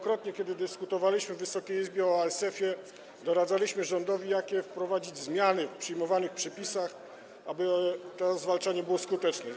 Kiedy dyskutowaliśmy w Wysokiej Izbie o ASF, wielokrotnie doradzaliśmy rządowi, jakie wprowadzić zmiany w przyjmowanych przepisach, aby to zwalczanie było skuteczne.